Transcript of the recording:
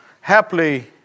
happily